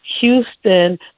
Houston